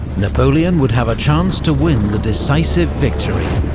napoleon would have a chance to win the decisive victory,